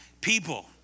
people